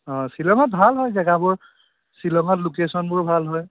অঁ শ্বিলঙত ভাল হয় জেগাবোৰ শ্বিলঙত লোকেচনবোৰ ভাল হয়